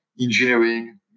engineering